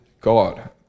God